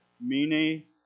mini